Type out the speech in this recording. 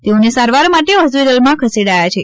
તેઓને સારવાર માટે હોસ્પિટલમાં ખસેડાયા છે